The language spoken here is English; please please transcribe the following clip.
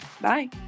bye